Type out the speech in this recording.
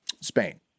Spain